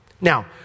Now